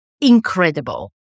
incredible